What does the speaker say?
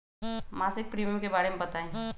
मासिक प्रीमियम के बारे मे बताई?